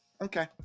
Okay